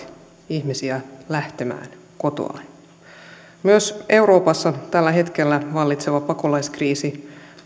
ihmisiä lähtemään kotoaan myös euroopassa tällä hetkellä vallitseva pakolaiskriisi